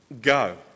go